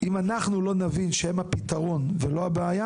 אם אנחנו לא נבין שהם הפתרון ולא הבעיה